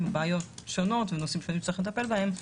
עם הבעיות השונות והנושאים השונים שצריך לטפל בהם,